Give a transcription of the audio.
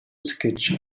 sketch